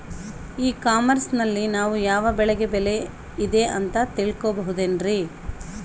E commerce ನಲ್ಲಿ ನಾವು ಯಾವ ಬೆಳೆಗೆ ಬೆಲೆ ಇದೆ ಅಂತ ತಿಳ್ಕೋ ಬಹುದೇನ್ರಿ?